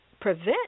prevent